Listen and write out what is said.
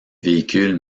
véhicules